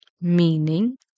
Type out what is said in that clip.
Meaning